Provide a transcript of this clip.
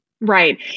Right